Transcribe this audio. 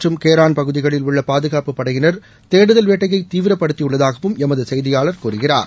மற்றும் கேரான் பகுதிகளில் உள்ள பாதுகாப்பு படையினர் தேடுதல் வேட்டையை தாங்தார் தீவிரப்படுத்தியுள்ளதாகவும் எமது செய்தியாளர் கூறுகிறார்